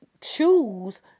choose